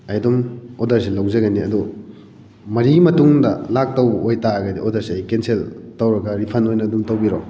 ꯑꯩ ꯑꯗꯨꯝ ꯑꯣꯗꯔꯁꯤ ꯂꯧꯖꯒꯅꯤ ꯑꯗꯣ ꯃꯔꯤ ꯃꯇꯨꯡꯗ ꯂꯥꯛꯇꯧꯕ ꯑꯣꯏꯕꯇꯥꯔꯒꯗꯤ ꯑꯣꯗꯔꯁꯤ ꯑꯩ ꯀꯦꯟꯁꯦꯜ ꯇꯧꯔꯒ ꯔꯤꯐꯟ ꯑꯣꯏꯅ ꯑꯗꯨꯝ ꯇꯧꯕꯤꯔꯣ